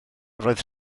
roedd